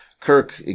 Kirk